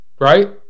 Right